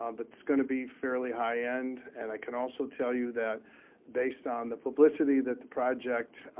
um but it's going to be fairly high end. and i can also tell you that based on the publicity that the project,